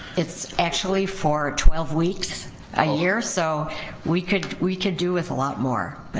it's actually for twelve weeks a year so we could we could do with a lot more